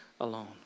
alone